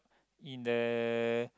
in the